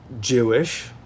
Jewish